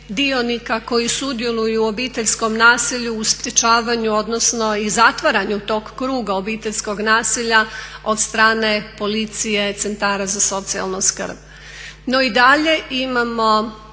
koji sudjeluju u obiteljskom nasilju u sprječavanju, odnosno i zatvaranju tog kruga obiteljskog nasilja od strane policije, centara za socijalnu skrb. No i dalje imamo